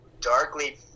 darkly